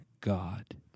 God